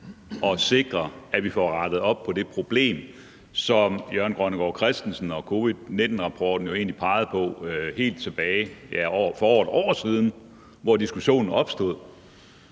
at sikre, at vi får rettet op på det problem, som Jørgen Grønnegård Christensen og covid-19-rapporten jo egentlig pegede på helt tilbage for over et år siden, hvor diskussionen opstod.